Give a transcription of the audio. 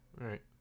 right